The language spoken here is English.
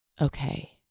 okay